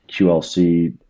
QLC